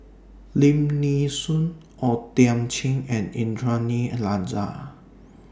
Lim Nee Soon O Thiam Chin and Indranee Rajah